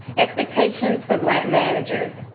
expectations for grant managers.